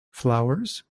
flowers